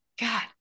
God